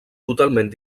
totalment